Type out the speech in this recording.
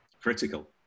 critical